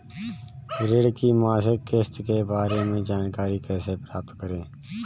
ऋण की मासिक किस्त के बारे में जानकारी कैसे प्राप्त करें?